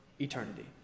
eternity